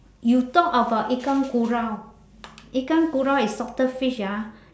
you talk about ikan kurau ikan kurau is salted fish ah